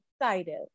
excited